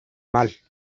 mal